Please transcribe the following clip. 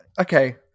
Okay